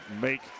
make